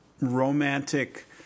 romantic